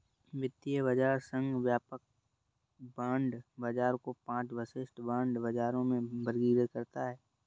वित्तीय बाजार संघ व्यापक बांड बाजार को पांच विशिष्ट बांड बाजारों में वर्गीकृत करता है